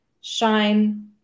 shine